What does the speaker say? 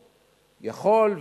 יכול,